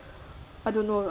I don't know lah